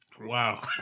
Wow